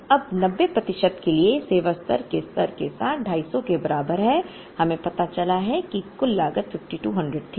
अब 90 प्रतिशत के लिए सेवा स्तर के स्तर के साथ 250 के बराबर है हमें पता चला है कि कुल लागत 5200 थी